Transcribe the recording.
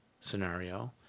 scenario